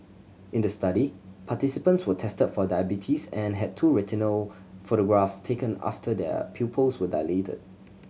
in the study participants were tested for diabetes and had two retinal photographs taken after their pupils were dilated